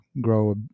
grow